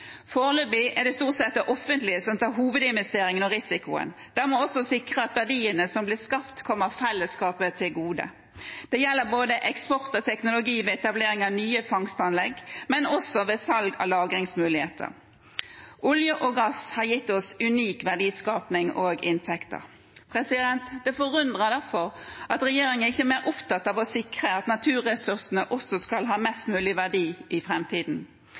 Foreløpig er det stort sett det offentlige som tar hovedinvesteringen og risikoen. Da må vi også sikre at verdiene som blir skapt, kommer fellesskapet til gode. Det gjelder både eksport og teknologi ved etablering av nye fangstanlegg, men også ved salg av lagringsmuligheter. Olje og gass har gitt oss unik verdiskaping og inntekter. Det forundrer derfor at regjeringen ikke er mer opptatt av å sikre at naturressursene også skal ha mest mulig verdi i